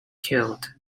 killed